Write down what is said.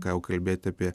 ką jau kalbėt apie